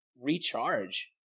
recharge